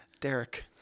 Derek